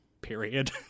period